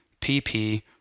PP